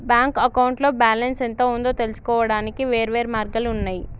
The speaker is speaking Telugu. బ్యాంక్ అకౌంట్లో బ్యాలెన్స్ ఎంత ఉందో తెలుసుకోవడానికి వేర్వేరు మార్గాలు ఉన్నయి